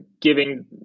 giving